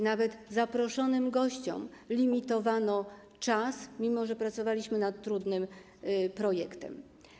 Nawet zaproszonym gościom limitowano czas, mimo że pracowaliśmy nad trudnym projektem.